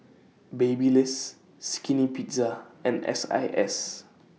Babyliss Skinny Pizza and S I S